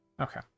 Okay